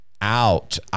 out